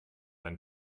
ein